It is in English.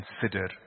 consider